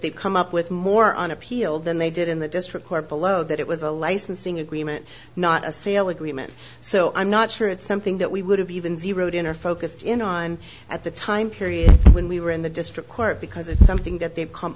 they've come up with more on appeal than they did in the district court below that it was a licensing agreement not a sale agreement so i'm not sure it's something that we would have even zeroed in or focused in on at the time period when we were in the district court because it's something that they've come